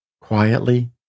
quietly